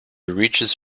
reaches